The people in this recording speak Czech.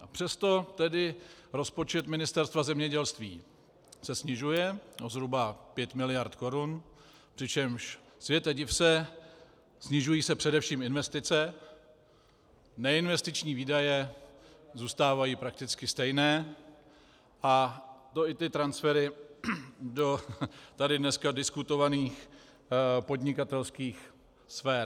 A přesto se tedy rozpočet Ministerstva zemědělství snižuje o zhruba 5 mld. korun, přičemž, světe div se, snižují se především investice, neinvestiční výdaje zůstávají prakticky stejné, a to i ty transfery do tady dneska diskutovaných podnikatelských sfér.